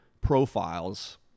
profiles